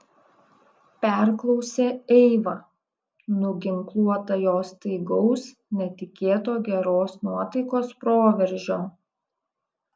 perklausė eiva nuginkluota jo staigaus netikėto geros nuotaikos proveržio